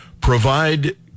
provide